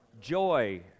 joy